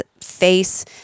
face